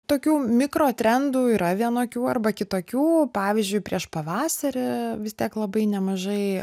tokių mikro trendų yra vienokių arba kitokių pavyzdžiui prieš pavasarį vis tiek labai nemažai